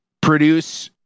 produce